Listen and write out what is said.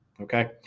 Okay